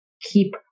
keep